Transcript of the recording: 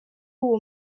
uwo